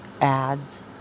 ads